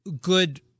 good